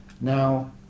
now